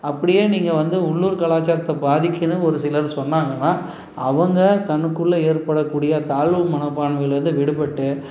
அப்படியே நீங்கள் வந்து உள்ளூர் கலாச்சாரத்தை பாதிக்கிதுன்னு ஒரு சிலர் சொன்னாங்கன்னால் அவங்க தனக்குள்ளே ஏற்படக்கூடிய தாழ்வு மனப்பான்மைலிருந்து விடுபட்டு